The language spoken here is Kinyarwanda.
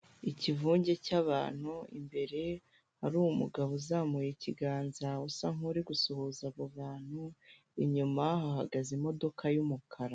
Ikivunge cy'abantu imbere hari umugabo uzamuye ikiganza usa nk'uri gusuhuza abo bantu, inyuma hahagaze imodoka y'umukara.